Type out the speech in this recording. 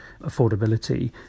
affordability